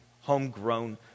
Homegrown